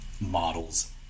models